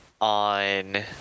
on